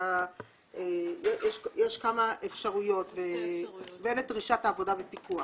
גם אפשרויות נוספות, ודרישת העבודה בפיקוח.